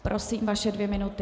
Prosím, vaše dvě minuty.